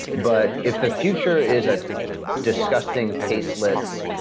but if the future is a disgusting, tasteless,